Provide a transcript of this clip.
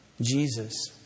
Jesus